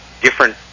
different